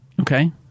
Okay